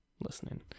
listening